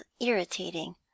irritating